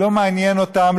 לא מעניין אותם.